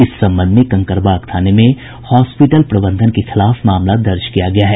इस संबंध में कंकड़बाग थाने में हॉस्पीटल प्रबंधन के खिलाफ मामला दर्ज किया गया है